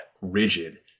rigid